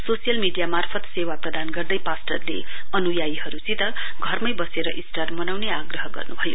social media मार्फत सेवा प्रदान गर्दै पास्टरले अनुयायीहरुसित घरमै वसेर ईस्टर मनाउने आग्रह गर्न्भयो